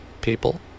people